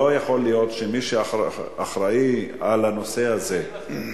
לא יכול להיות שמי שאחראי לנושא הזה -- אני מסכים אתך.